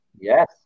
Yes